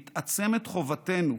מתעצמת חובתנו,